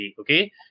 okay